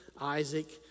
Isaac